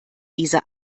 diese